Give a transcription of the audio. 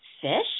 fish